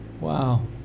Wow